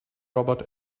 robot